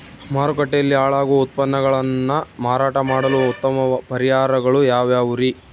ಮಾರುಕಟ್ಟೆಯಲ್ಲಿ ಹಾಳಾಗುವ ಉತ್ಪನ್ನಗಳನ್ನ ಮಾರಾಟ ಮಾಡಲು ಉತ್ತಮ ಪರಿಹಾರಗಳು ಯಾವ್ಯಾವುರಿ?